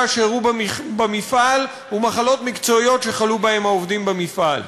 שאירעו במפעל ומחלות מקצועיות שחלו בהן העובדים במפעל.